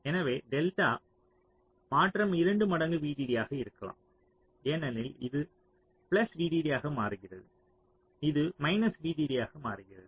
எனவே டெல்டா மாற்றம் இரண்டு மடங்கு VDD ஆக இருக்கலாம் ஏனெனில் இது பிளஸ் VDD ஆக மாற்றுகிறது இது மைனஸ் VDD ஆக மாற்றுகிறது